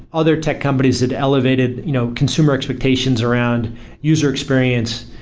other tech companies had elevated you know consumer expectations around user experience.